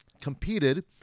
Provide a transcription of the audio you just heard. competed